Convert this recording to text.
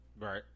Right